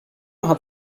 hat